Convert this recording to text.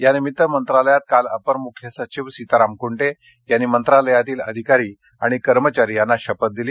यानिमित्त मंत्रालयात काल अप्पर मुख्य सचिव सीताराम कुंटे यांनी मंत्रालयातील अधिकारी आणि कर्मचारी यांना शपथ दिली